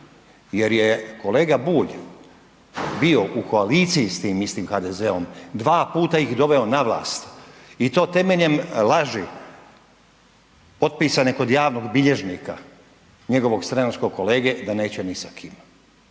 jer je kolega Bulj bio u koaliciji s tim istim HDZ-om, dva puta ih doveo na vlast i to temeljem laži potpisane kod javnog bilježnika njegovog stranačkog kolege da neće ni sa kim,